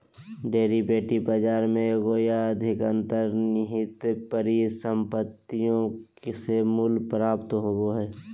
derivative बाजार में एगो या अधिक अंतर्निहित परिसंपत्तियों से मूल्य प्राप्त होबो हइ